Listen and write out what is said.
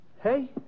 Hey